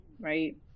right